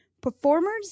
Performers